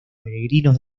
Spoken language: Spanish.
peregrinos